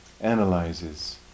analyzes